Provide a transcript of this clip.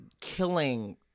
killing